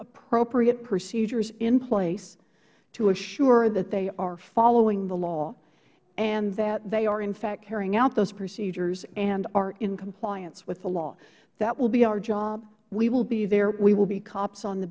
appropriate procedures in place to assure that they are following the law and that they are in fact carrying out those procedures and are in compliance with the law that would be our job we will be there we will be cops on the